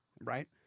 right